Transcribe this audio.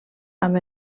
amb